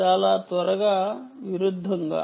చాలా త్వరగా విరుద్ధంగా